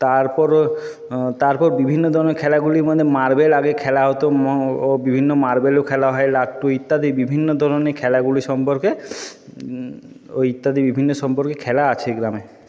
তারপরও তারপর বিভিন্ন ধরণের খেলাগুলির মধ্যে মার্বেল আগে খেলা হতো ও বিভিন্ন মার্বেলও খেলা হয় লাট্টু ইত্যাদি বিভিন্ন ধরণের খেলাগুলি সম্পর্কে ও ইত্যাদি বিভিন্ন সম্পর্কে খেলা আছে এই গ্রামে